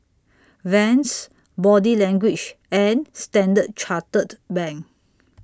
Vans Body Language and Standard Chartered Bank